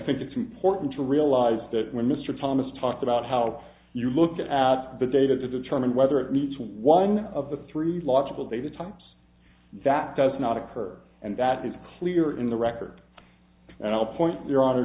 think it's important to realize that when mr thomas talked about how you look at the data to determine whether it meets one of the through logical data types that does not occur and that is clear in the record and i'll point your